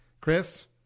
Chris